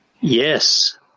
Yes